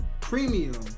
premium